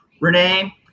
Renee